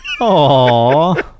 Aw